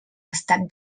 estat